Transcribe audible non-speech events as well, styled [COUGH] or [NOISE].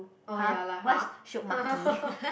oh ya lah !huh! [LAUGHS]